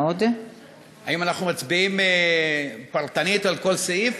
האם אנחנו מצביעים פרטנית על כל סעיף,